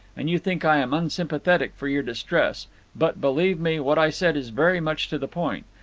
and you think i am unsympathetic for your distress but, believe me, what i said is very much to the point.